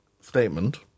statement